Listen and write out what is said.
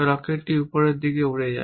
রকেটটি উপরের দিকে উড়ে যায়